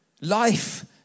Life